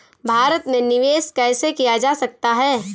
भारत में निवेश कैसे किया जा सकता है?